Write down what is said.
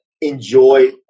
enjoy